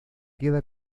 queda